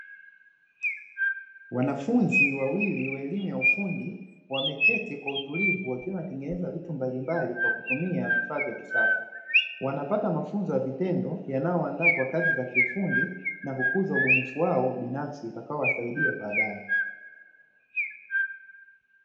Wanafunzi wawili wa elimu ya ufundi wameketi kwa utulivu wakiwa wanatengeneza vitu mbalimbali kwa kutumia vifaa vya kisasa. Wanapata mafunzo ya vitendo yanayowaandaa kwa kazi za kiufundi na kukuza ubunifu wao binafsi utakaowasaidia baadaye.